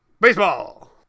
Baseball